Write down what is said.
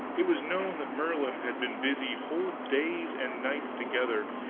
it was known that merlin had been busy whole days and nights together,